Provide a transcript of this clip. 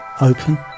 open